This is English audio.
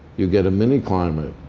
you get a mini-climate.